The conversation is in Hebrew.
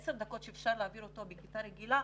עשר דקות שאפשר להעביר אותו בכיתה רגילה,